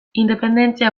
independentzia